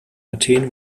athen